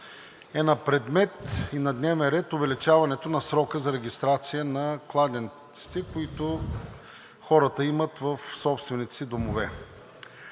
е предмет и на дневен ред увеличаването на срока за регистрация на кладенците, които хората имат в собствените си домове.